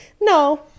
no